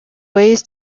ways